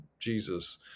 jesus